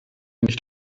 nicht